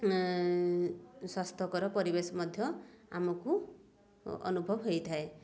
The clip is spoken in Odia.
ସ୍ୱାସ୍ଥ୍ୟକର ପରିବେଶ ମଧ୍ୟ ଆମକୁ ଅନୁଭବ ହେଇଥାଏ